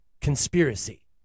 conspiracy